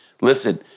listen-